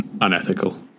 unethical